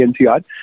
NCR